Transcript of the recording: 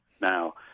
Now